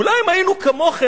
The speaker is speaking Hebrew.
אולי אם היינו כמוכם,